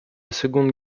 seconde